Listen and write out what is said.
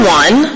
one